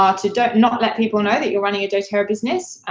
um to not let people know that you're running a doterra business,